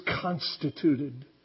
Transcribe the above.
constituted